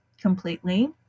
completely